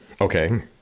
okay